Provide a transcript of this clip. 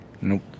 Nope